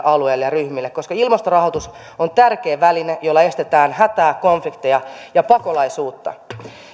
alueille ja ryhmille koska ilmastorahoitus on tärkeä väline jolla estetään hätää konflikteja ja pakolaisuutta